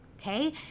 okay